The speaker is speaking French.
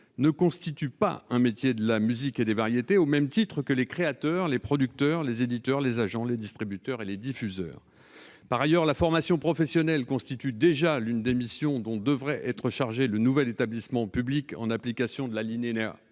ne constitue pas un métier de la musique et des variétés au même titre que la création, la production, l'édition, la promotion, la distribution ou la diffusion. Par ailleurs, la formation professionnelle constitue déjà l'une des missions dont devrait être chargé le nouvel établissement public, en application de l'alinéa